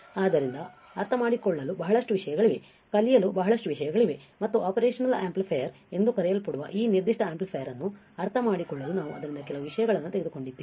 ಆದ್ದರಿಂದ ಅರ್ಥಮಾಡಿಕೊಳ್ಳಲು ಬಹಳಷ್ಟು ವಿಷಯಗಳಿವೆ ಕಲಿಯಲು ಬಹಳಷ್ಟು ವಿಷಯಗಳಿವೆ ಮತ್ತು ಆಪರೇಷನಲ್ ಆಂಪ್ಲಿಫಯರ್ ಎಂದು ಕರೆಯಲ್ಪಡುವ ಈ ನಿರ್ದಿಷ್ಟ ಆಂಪ್ಲಿಫೈಯರ್ ಅನ್ನು ಅರ್ಥಮಾಡಿಕೊಳ್ಳಲು ನಾವು ಅದರಿಂದ ಕೆಲವು ವಿಷಯಗಳನ್ನು ತೆಗೆದುಕೊಂಡಿದ್ದೇವೆ